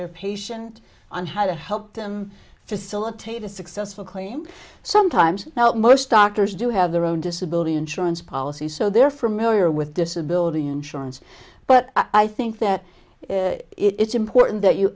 their patient on how to help them facilitate a successful claim sometimes most doctors do have their own disability insurance policies so they're familiar with disability insurance but i think that it's important that you